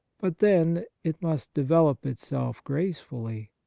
but, then, it must develop itself gracefully.